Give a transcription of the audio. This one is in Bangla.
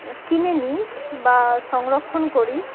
কিনে নিই বা সংরক্ষণ করি